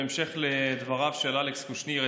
בהמשך לדבריו של חבר הכנסת אלכס קושניר,